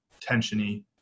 tensiony